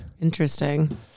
Interesting